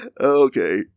Okay